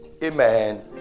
Amen